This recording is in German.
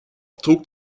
trug